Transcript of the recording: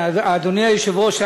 אדוני היושב-ראש,